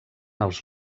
els